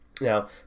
Now